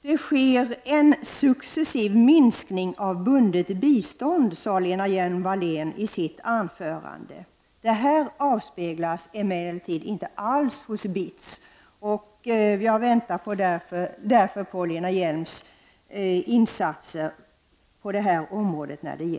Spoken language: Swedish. Det sker en successiv minskning av bundet bistånd, sade Lena Hjelm-Wallén i sitt anförande. Det avspeglas emellertid inte alls hos BITS. Jag väntar därför på Lena Hjelm-Walléns insatser på det här området.